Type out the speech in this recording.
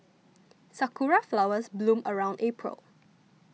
sakura flowers bloom around April